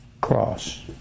cross